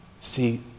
See